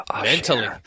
mentally